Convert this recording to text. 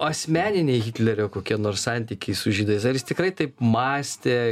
asmeniniai hitlerio kokie nors santykiai su žydais ar jis tikrai taip mąstė